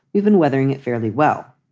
even weathering it fairly well.